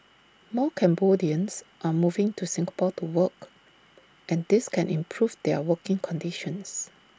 more Cambodians are moving to Singapore to work and this can improve their working conditions